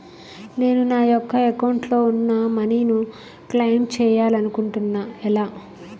నేను నా యెక్క అకౌంట్ లో ఉన్న మనీ ను క్లైమ్ చేయాలనుకుంటున్నా ఎలా?